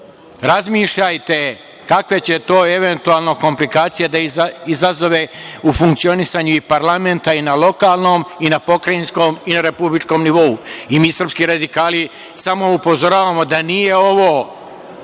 benefite. Razmišljajte kakve će to eventualno komplikacije da izazove u funkcionisanje i parlament, a i na lokalnom i na pokrajinskom i na republičkom nivou, i mi srpski radikali samo upozoravamo da nije ovo